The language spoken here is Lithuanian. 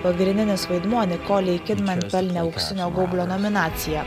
pagrindinis vaidmuo nikolei kidman pelnė auksinio gaublio nominacija